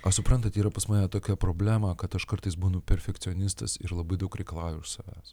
o suprantat yra pas mane tokia problema kad aš kartais būnu perfekcionistas ir labai daug reikalauju savęs